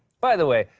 by the way,